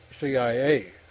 CIA